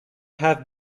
have